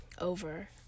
over